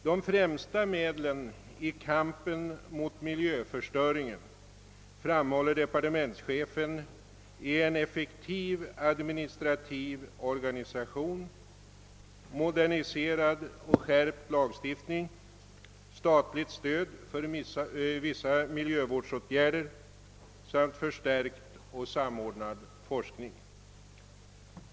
De främsta medlen i kampen mot miljöförstörelsen är, framhåller departementschefen, en effektiv administrativ organisation, moderniserad och skärpt lagstiftning, statligt stöd för vissa miljövårdsåtgärder samt förstärkt och samordnad forskning.